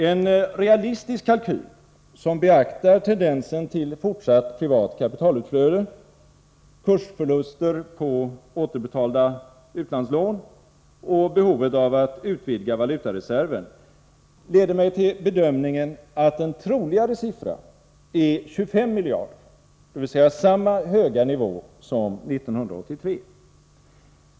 En realistisk kalkyl som beaktar tendensen till fortsatt privat kapitalutflöde, kursförluster på återbetalda utlandslån och behovet av att utvidga valutareserven leder mig till bedömningen att en troligare siffra är 25 miljarder, dvs. samma höga nivå som 1983.